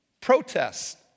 Protests